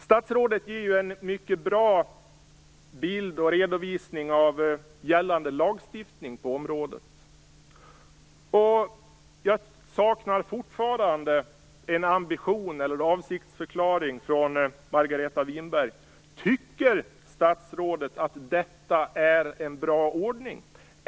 Statsrådet ger en mycket bra redovisning av gällande lagstiftning på området. Jag saknar fortfarande en ambition eller avsiktsförklaring från Margareta Winberg. Tycker statsrådet att detta är en bra ordning?